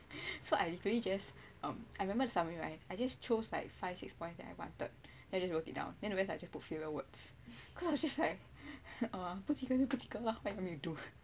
so I literally just um I remember summary right I just chose like five six points that I wanted and then wrote it down then the rest I just put filler words cause I was just like err 不及格就不及格 lor what you want me to do